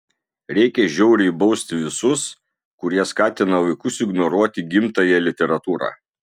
reikia žiauriai bausti visus kurie skatina vaikus ignoruoti gimtąją literatūrą